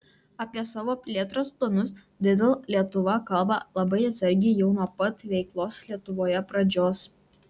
apie savo plėtros planus lidl lietuva kalba labai atsargiai jau nuo pat veiklos lietuvoje pradžios